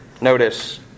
notice